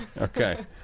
Okay